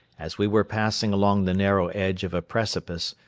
as we were passing along the narrow edge of a precipice,